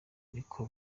niko